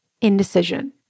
indecision